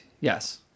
Yes